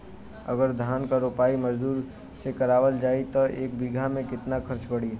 अगर धान क रोपाई मजदूर से करावल जाई त एक बिघा में कितना खर्च पड़ी?